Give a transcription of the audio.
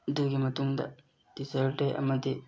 ꯑꯗꯨꯒꯤ ꯃꯇꯨꯡꯗ teacher day ꯑꯃꯗꯤ